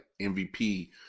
MVP